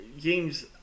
games